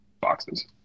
boxes